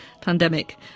pandemic